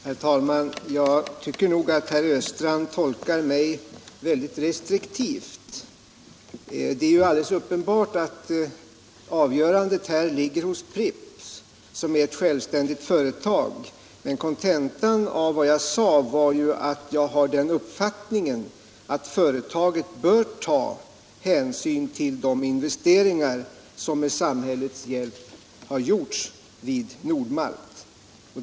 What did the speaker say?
Herr talman! Jag tycker att herr Östrand tolkar mig väldigt restriktivt. Det är ju alldeles uppenbart att avgörandet här ligger hos Pripps, som är ett självständigt företag. Men kontentan i vad jag sade var att jag har den uppfattningen att företaget bör ta hänsyn till de investeringar som med samhällets hjälp har gjorts vid Nord-Malt.